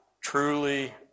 truly